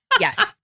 Yes